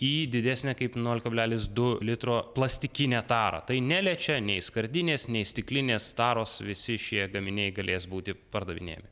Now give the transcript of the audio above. į didesnę kaip nol kablelis du litro plastikinę tarą tai neliačia čia nei skardinės nei stiklinės taros visi šie gaminiai galės būti pardavinėjami